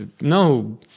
no